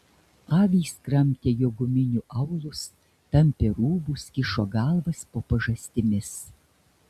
avys kramtė jo guminių aulus tampė rūbus kišo galvas po pažastimis